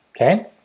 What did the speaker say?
Okay